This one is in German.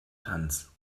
tanz